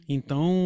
Então